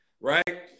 right